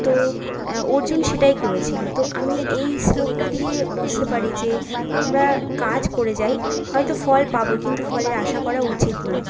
তো অর্জুন সেটাই করেছিলো তো আমি এই শ্লোকটা দিয়ে বুঝতে পারি যে আমরা কাজ করে যায় হয়তো ফল পাব কিন্তু ফলের আশা করা উচিত নয়